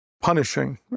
punishing